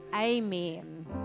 amen